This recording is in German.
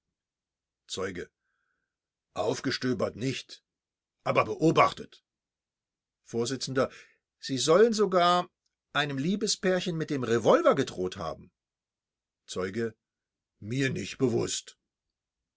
zeuge aufgestöbert nicht aber beobachtet vors sie sollen sogar einem liebespärchen mit dem revolver gedroht haben zeuge mir nicht bewußt